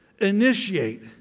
Initiate